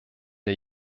der